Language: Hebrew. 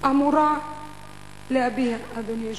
אמורה להביע, אדוני היושב-ראש.